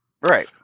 right